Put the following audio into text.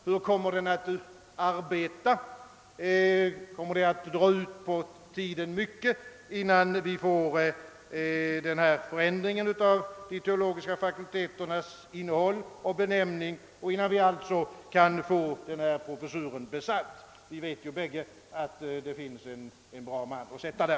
Hur kommer den att arbeta? Kommer det att dra ut mycket på tiden, innan vi får denna förändring av de teologiska fakulteternas innehåll och benämning och innan vi alltså kan få denna professur besatt? Alla vet ju att det finns en bra kraft att placera där.